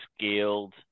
scaled